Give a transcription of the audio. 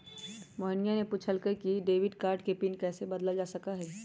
मोहिनीया ने पूछल कई कि डेबिट कार्ड के पिन कैसे बदल्ल जा सका हई?